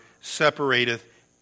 separateth